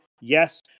Yes